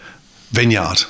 vineyard